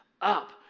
up